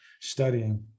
studying